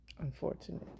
Unfortunate